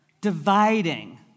dividing